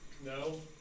No